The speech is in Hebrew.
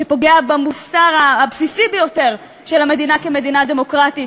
שפוגע במוסר הבסיסי ביותר של המדינה כמדינה דמוקרטית,